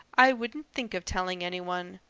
i wouldn't think of telling any one.